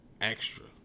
extra